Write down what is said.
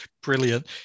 Brilliant